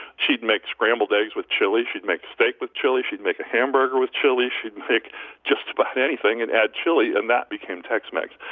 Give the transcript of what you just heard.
she'd make scrambled eggs with chili, she'd make steak with chili, she'd make a hamburger with chili, she'd make just about anything and add chili and that became tex-mex